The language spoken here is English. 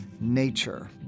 nature